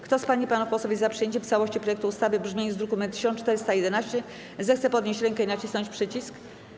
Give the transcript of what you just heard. Kto z pań i panów posłów jest za przyjęciem w całości projektu ustawy w brzmieniu z druku nr 1411, zechce podnieść rękę i nacisnąć przycisk.